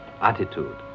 attitude